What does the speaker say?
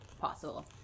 possible